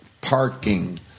parking